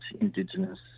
Indigenous